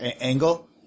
angle